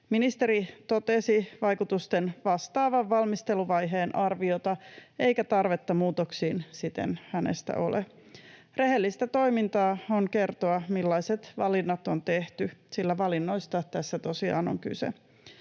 Ministeri totesi vaikutusten vastaavan valmisteluvaiheen arviota, eikä tarvetta muutoksiin siten hänestä ole. Rehellistä toimintaa on kertoa, millaiset valinnat on tehty, sillä valinnoista tässä tosiaan on kyse.